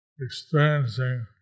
experiencing